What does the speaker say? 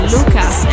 Lucas